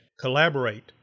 collaborate